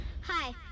Hi